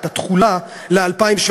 את התחולה ל-2017,